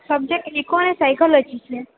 subject eco અને psychology છે